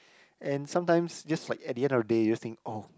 and sometimes just like at the end of the day you just think oh